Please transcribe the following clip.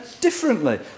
differently